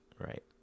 right